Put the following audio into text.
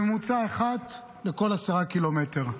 בממוצע, אחת לכל 10 קילומטר.